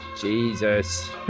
Jesus